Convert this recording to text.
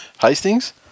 Hastings